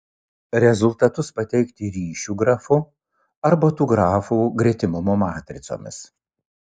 rezultatus pateikti ryšių grafu arba tų grafų gretimumo matricomis